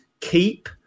keep